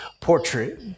portrait